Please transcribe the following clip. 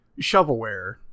shovelware